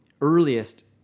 earliest